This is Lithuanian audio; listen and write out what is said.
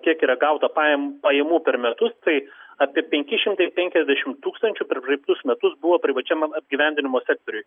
kiek yra gauta pajam pajamų per metus tai apie penki šimtai penkiasdešimt tūkstančių per praeitus metus buvo privačiam apgyvendinimo sektoriuj